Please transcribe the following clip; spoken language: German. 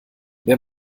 wer